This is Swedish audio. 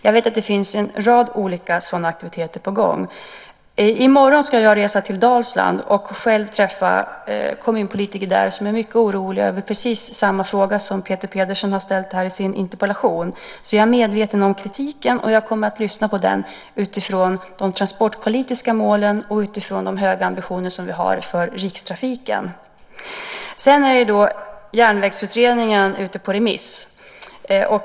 Jag vet att det finns en rad sådana aktiviteter på gång. I morgon ska jag resa till Dalsland och själv träffa kommunpolitiker där som är mycket oroliga över precis samma fråga som Peter Pedersen har ställt i sin interpellation. Jag är medveten om kritiken, och jag kommer att lyssna på den utifrån de transportpolitiska målen och de höga ambitioner vi har för Rikstrafiken. Järnvägsutredningen är ute på remiss.